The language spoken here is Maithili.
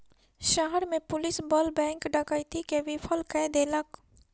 शहर में पुलिस बल बैंक डकैती के विफल कय देलक